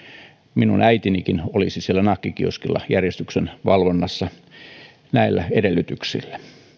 minun äitinikin olisi siellä nakkikioskilla järjestyksenvalvonnassa näillä edellytyksillä